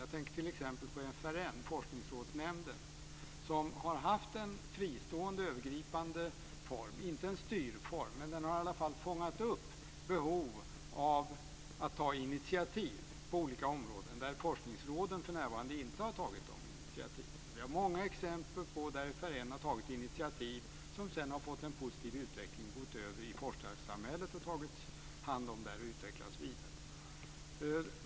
Jag tänker t.ex. på FRN, Forskningsrådsnämnden, som har haft en fristående övergripande form. Det har inte varit en styrform, men den har i alla fall fångat upp behov av att ta initiativ på olika områden där forskningsråden för närvarande inte har tagit de initiativen. Vi har många exempel på områden där FRN har tagit initiativ som sedan har fått en positiv utveckling och gått över i forskarsamhället, tagits hand om där och utvecklats vidare.